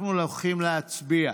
אנחנו הולכים להצביע